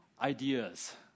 ideas